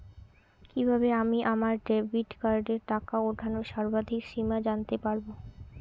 কিভাবে আমি আমার ডেবিট কার্ডের টাকা ওঠানোর সর্বাধিক সীমা জানতে পারব?